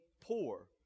poor